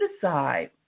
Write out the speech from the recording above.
decide